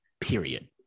period